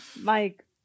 Mike